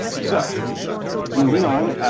so moving on,